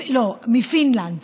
לא, מפינלנד.